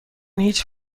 هیچ